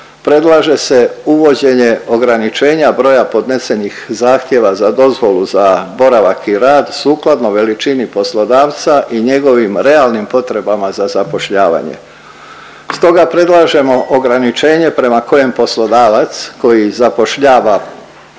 predlaže se uvođenje ograničenja broja podnesenih zahtjeva za dozvolu za boravak i rad sukladno veličini poslodavca i njegovim realnim potrebama za zapošljavanje. Stoga predlažemo ograničenje prema kojem poslodavac koji zapošljava do